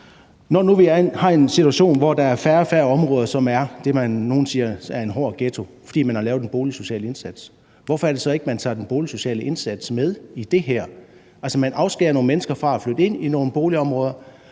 Når nu vi er i en situation, hvor der bliver færre og færre områder, som er det, nogle siger er en hård ghetto, fordi man har lavet en boligsocial indsats, hvorfor er det så, at man ikke tager den boligsociale indsats med i det her? Altså, man afskærer nogle mennesker fra at flytte ind i nogle boligområder,